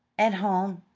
at home,